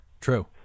True